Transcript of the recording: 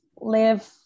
live